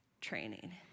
training